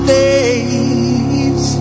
days